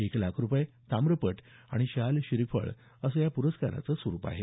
एक लाख रुपये ताम्रपट आणि शाल श्रीफळ असं पुरस्काराचं स्वरुप आहे